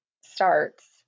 starts